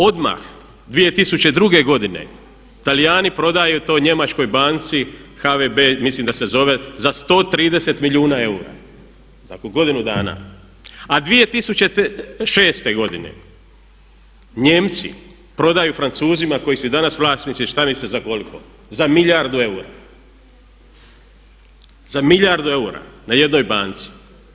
Odmah 2002.godine Talijani prodaju to Njemačkoj banci HVB, mislim da se zove za 130 milijuna eura, nakon godinu dana a 2006.godine Nijemci prodaju Francuzima koji su i danas vlasnici šta mislite za koliko, za milijardu eura, za milijardu eura na jednoj banci.